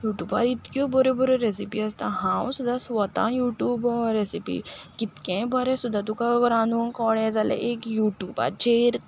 यूट्यूबार इतक्यो बऱ्यो बऱ्यो रेसिपी आसता हांव सुद्दां स्वता यूट्यूब रेसिपी कितकें बरें सुद्दा तुका रांदूंक कळ्ळें जाल्यार एक यूट्यूबाचेर